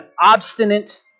obstinate